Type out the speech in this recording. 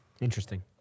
Interesting